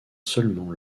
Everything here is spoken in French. seulement